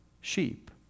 sheep